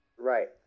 Right